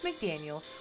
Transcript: McDaniel